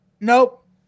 nope